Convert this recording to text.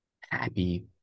happy